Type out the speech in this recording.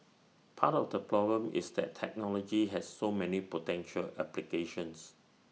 part of the problem is that technology has so many potential applications